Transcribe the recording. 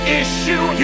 issue